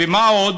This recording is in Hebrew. ומה עוד?